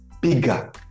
bigger